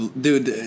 Dude